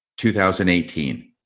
2018